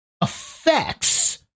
affects